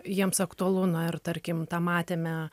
jiems aktualu na ir tarkim tą matėme